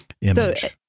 image